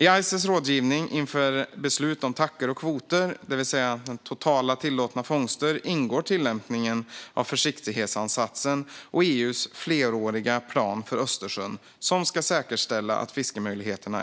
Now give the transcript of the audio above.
I ICES rådgivning inför beslut om TAC:er och kvoter, det vill säga totalt tillåtna fångster, ingår tillämpningen av försiktighetsansatsen och EU:s fleråriga plan för Östersjön, som ska säkerställa att fiskemöjligheterna